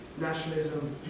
nationalism